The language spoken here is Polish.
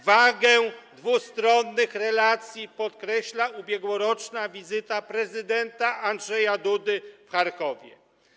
Wagę dwustronnych relacji podkreśla ubiegłoroczna wizyta prezydenta Andrzeja Dudy w Charkowie.